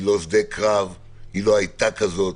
היא לא שדה קרב, היא לא הייתה כזאת.